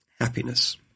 happiness